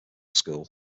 school